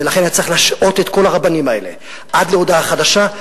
ולכן צריך להשעות את כל הרבנים האלה עד להודעה חדשה,